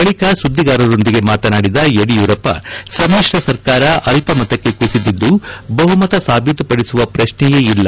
ಬಳಕ ಸುದ್ದಿಗಾರರೊಂದಿಗೆ ಮಾತನಾಡಿದ ಯಡಿಯೂರಪ್ಪ ಸಮಿಶ್ರ ಸರ್ಕಾರ ಅಲ್ಲ ಮತಕ್ಕೆ ಕುಸಿದಿದ್ದು ಬಹುಮತ ಸಾಬೀತುಪಡಿಸುವ ಪ್ರಶ್ನೆಯೇ ಇಲ್ಲ